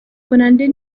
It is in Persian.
کننده